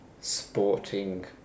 sporting